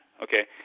okay